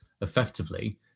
effectively